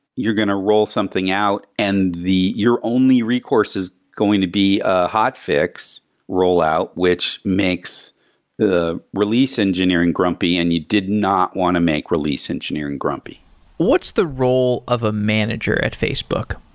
you're going to roll something out and your only recourse is going to be ah hotfix rollout, which makes the release engineering grumpy and you did not want to make release engineering grumpy what's the role of a manager at facebook?